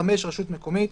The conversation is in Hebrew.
(5)רשות מקומית,